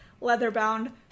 leather-bound